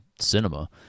cinema